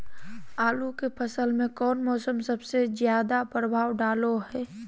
आलू के फसल में कौन मौसम सबसे ज्यादा प्रभाव डालो हय?